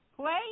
play